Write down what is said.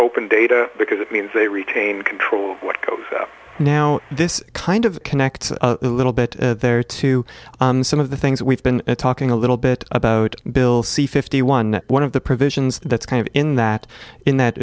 open data because it means they retain control of what goes out now this kind of connect a little bit there to some of the things we've been talking a little bit about bill c fifty one one of the provisions that's going in that in that